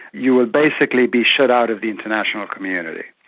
you will basically be shut out of the international community.